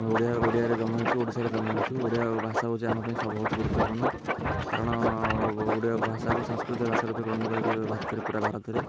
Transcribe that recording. ଆମେ ଓଡ଼ିଆ ଓଡ଼ିଆରେ ଜନ୍ମ ହେଇଚୁ ଓଡ଼ିଶାରେ ଜନ୍ମ ହୋଇଛୁ ଓଡ଼ିଆ ଭାଷା ହେଉଛି ଆମ ପାଇଁ ସବୁଠୁ ଗୁରୁତ୍ୱପୂର୍ଣ୍ଣ କାରଣ ଓଡ଼ିଆ ଭାଷାକୁ ସାଂସ୍କୃତିକ ଭାଷା ରୂପେ ଗ୍ରହଣ କରାଯାଇଛି ଭାରତରେ ପୁରା ଭାରତରେ